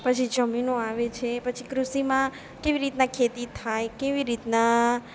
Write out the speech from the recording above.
પછી જમીનો આવે છે પછી કૃષિમાં કેવી રીતના ખેતી થાય કેવી રીતના